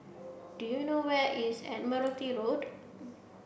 do you know where is Admiralty Road